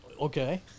Okay